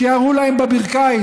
שירו להם בברכיים,